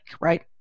right